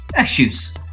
issues